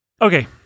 Okay